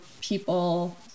people